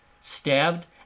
stabbed